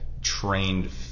trained